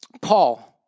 Paul